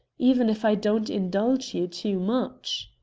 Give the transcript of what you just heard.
even if i don't indulge you too much.